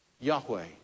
Yahweh